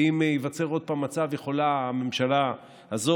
ואם ייווצר עוד פעם מצב יכולה הממשלה הזאת,